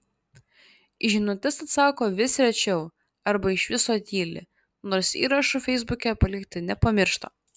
į žinutes atsako vis rečiau arba iš viso tyli nors įrašų feisbuke palikti nepamiršta